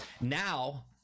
Now